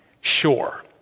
sure